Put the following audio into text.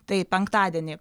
taip penktadienį